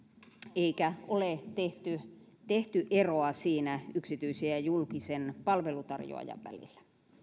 eikä ole tehty tehty eroa siinä yksityisen ja julkisen palveluntarjoajan välillä